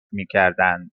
میکردند